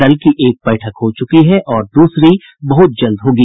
दल की एक बैठक हो चुकी है और दूसरी बहुत जल्द होगी